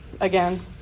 again